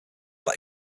that